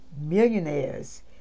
millionaires